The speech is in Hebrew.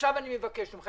עכשיו אני מבקש ממך,